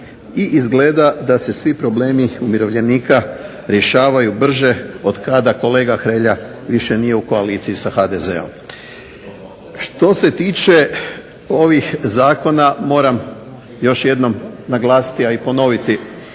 i izgleda da se svi problemi umirovljenika rješavaju brže od kada kolega Hrelja više nije u koaliciji sa HDZ-om. Što se tiče ovih Prijedloga zakona moram naglasiti a i ponoviti